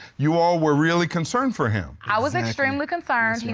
you all were really concerned for him? i was extremely concerned. i mean